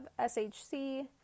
SHC